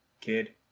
kid